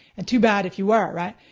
and too bad if you were, right?